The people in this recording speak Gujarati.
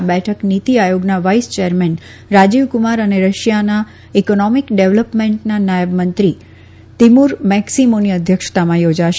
આ બેઠક નીતી આયોગના વાઈસ ચેરમેન રાજીવ કુમાર અને રશિયાના ઈકીનોમીક ડેવલીપમેન્ટના નાયબ મંત્રી તીમુર મેકસીમોની અધ્યક્ષતામાં થોજાશે